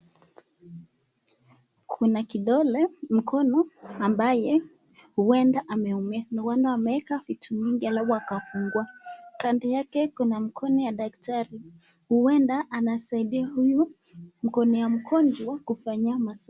Kuna kidole, mkono, ambaye huenda ameumia. Huenda ameweka vitu mingi alafu akafungua. Kando yake kuna mkono ya daktari. Huenda anasaidia huyu mkono ya mgonjwa kufanya.